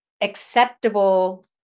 acceptable